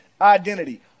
identity